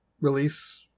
release